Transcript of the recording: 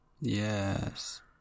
Yes